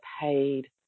paid